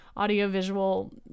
audiovisual